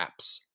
apps